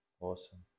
Awesome